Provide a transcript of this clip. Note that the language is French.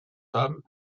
femmes